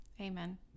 amen